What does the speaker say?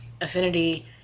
affinity